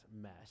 mess